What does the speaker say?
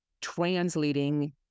translating